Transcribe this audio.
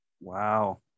Wow